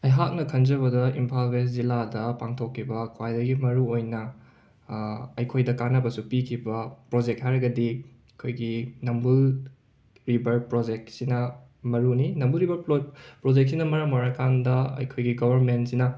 ꯑꯩꯍꯥꯛꯅ ꯈꯟꯖꯕꯗ ꯏꯝꯐꯥꯜ ꯋꯦꯁ ꯖꯤꯂꯥꯗ ꯄꯥꯡꯊꯣꯛꯈꯤꯕ ꯈ꯭ꯋꯥꯏꯗꯒꯤ ꯃꯔꯨꯑꯣꯏꯅ ꯑꯩꯈꯣꯏꯗ ꯀꯥꯟꯅꯕꯁꯨ ꯄꯤꯈꯤꯕ ꯄ꯭ꯔꯣꯖꯦꯛ ꯍꯥꯏꯔꯒꯗꯤ ꯑꯩꯈꯣꯏꯒꯤ ꯅꯝꯕꯨꯜ ꯔꯤꯕꯔ ꯄ꯭ꯔꯣꯖꯦꯛꯁꯤꯅ ꯃꯔꯨꯅꯤ ꯅꯝꯕꯨꯜ ꯔꯤꯕꯔ ꯄ꯭ꯂꯣꯠ ꯄ꯭ꯔꯣꯖꯦꯛꯁꯤꯅ ꯃꯔꯝ ꯑꯣꯏꯔꯀꯥꯟꯗ ꯑꯩꯈꯣꯏꯒꯤ ꯒꯕꯔꯃꯦꯟꯁꯤꯅ